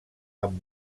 amb